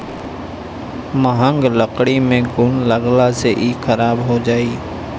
महँग लकड़ी में घुन लगला से इ खराब हो जाई